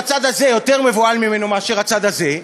הצד הזה יותר מבוהל ממנו מאשר הצד הזה,